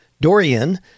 dorian